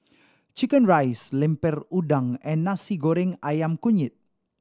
chicken rice Lemper Udang and Nasi Goreng Ayam Kunyit